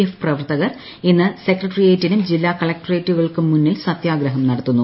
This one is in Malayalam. എഫ് പ്രവർത്തകർ ഇന്ന് സെക്രട്ടറിയേറ്റിനും ജില്ലാ കളക്ട്രേറ്റുകൾക്കും മുന്നിൽ സത്യാഗ്രഹം നടത്തുന്നു